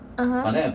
(uh huh)